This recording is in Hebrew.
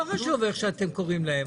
לא חשוב איך אתם קוראים להם,